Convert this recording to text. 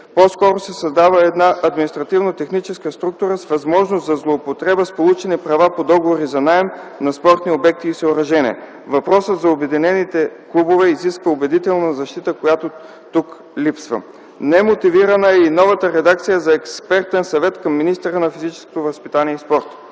По-скоро се създава една паразитна административно-техническа структура с възможност за злоупотреба с получените права по договори за наем на спортни обекти и съоръжения. Въпросът за обединените клубове изисква убедителна защита, която тук липсва. Немотивирана е и новата редакция за експертен съвет към министъра на физическото възпитание и спорта.